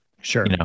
Sure